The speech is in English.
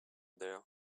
there